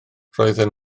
roedden